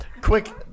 Quick